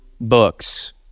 books